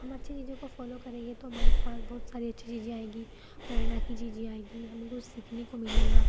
हम अच्छी चीजों को फॉलो करेंगे तो हमारे पास बहुत सारी अच्छी चीज़ें आएंगी प्रेरणा की चीज़ें आएंगी हमें कुछ सीखने को मिलेगा